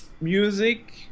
music